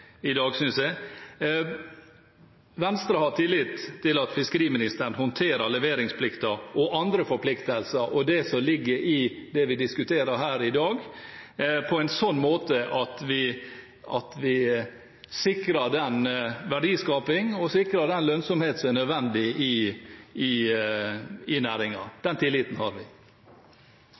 synes jeg. Venstre har tillit til at fiskeriministeren håndterer leveringsplikten, andre forpliktelser og det som ligger i det vi diskuterer her i dag, på en sånn måte at vi sikrer den verdiskaping og sikrer den lønnsomhet som er nødvendig i næringen. Den tilliten har vi.